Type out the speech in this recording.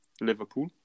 Liverpool